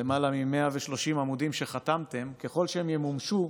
למעלה מ-130 עמודים שחתמתם, ככל שהם ימומשו,